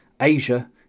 Asia